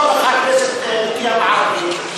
לא מוכן שהכנסת תהיה עם ערבים.